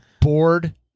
Bored